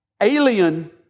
alien